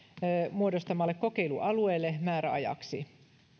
muodostamalle kokeilualueelle määräajaksi